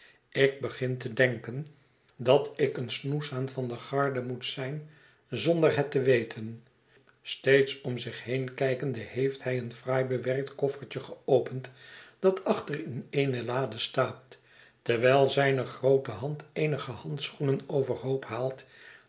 ik begin te denken dat ik een snoeshaan van de garde moet zijn zonder het te weten steeds om zich heen kijkende heeft hij een fraai bewerkt koffertje geopend dat achter in eene lade staat terwijl zijne groote hand eenige handschoenen overhoop haalt